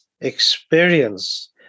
experience